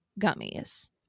gummies